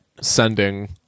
sending